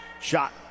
shot